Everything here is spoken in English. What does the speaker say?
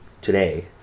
today